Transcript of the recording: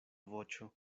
voĉo